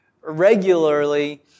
regularly